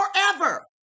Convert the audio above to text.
forever